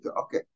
okay